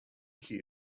key